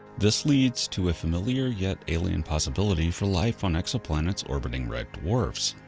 this leads to a familiar yet alien possibility for life on exoplanets orbiting red dwarfs.